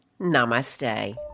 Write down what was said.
namaste